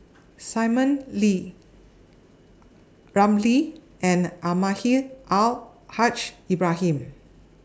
Simon Wee P Ramlee and Almahdi Al Haj Ibrahim